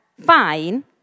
fine